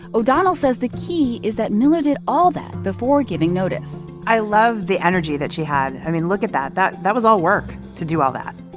o'donnell says the key is that miller did all that before giving notice i love the energy that she had. i mean, look at that. that that was all work to do all that.